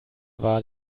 war